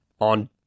on